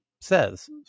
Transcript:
says